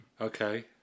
Okay